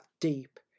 deep